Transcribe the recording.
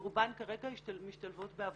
ורובן כרגע משתלבות בעבודה.